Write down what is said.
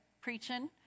preaching